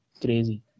crazy